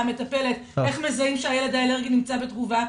למטפלת איך מזהים שהילד האלרגי נמצא בתגובה?